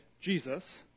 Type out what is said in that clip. jesus